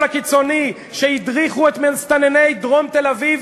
הקיצוני שהדריכו את מסתנני דרום תל-אביב